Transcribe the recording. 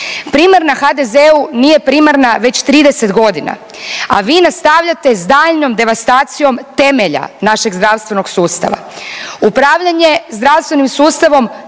Primarna HDZ-u nije primarna već 30.g., a vi nastavljate s daljnjom devastacijom temelja našeg zdravstvenog sustava. Upravljanje zdravstvenim sustavom